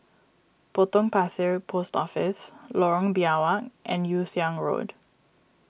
Potong Pasir Post Office Lorong Biawak and Yew Siang Road